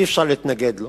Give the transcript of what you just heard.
אי-אפשר להתנגד לו